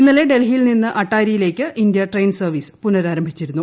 ഇന്നലെ ഡൽഹിയിൽ നിന്ന് അട്ടാരിയിലേക്ക് ഇന്ത്യ ട്രെയിൻ സർവ്വീസ് പുനരാരംഭിച്ചിരുന്നു